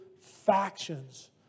factions